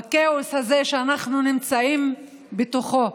בכאוס הזה שאנחנו נמצאים בתוכו.